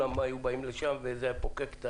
שיפורסם איפה יש אפשרות להיבחן ושכולם יידעו.